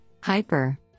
Hyper